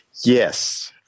yes